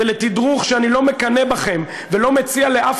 ולתדרוך שאני לא מקנא בכם ולא מציע לאף